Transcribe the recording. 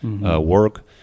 work